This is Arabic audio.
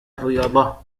الرياضة